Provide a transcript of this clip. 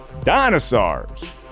dinosaurs